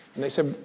and they said,